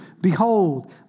Behold